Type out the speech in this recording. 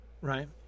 right